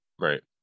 right